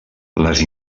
les